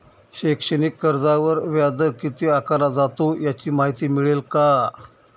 शैक्षणिक कर्जावर व्याजदर किती आकारला जातो? याची माहिती मिळेल का?